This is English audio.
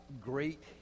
great